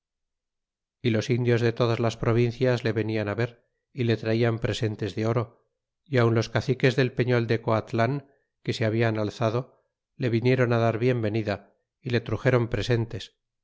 y los indios de todas las provincias le venian ver y le traian presentes de oro y aun los caciques del peñol de coatlan que se habian alzado le vinieron dar la bienvenida y le truxéron presentes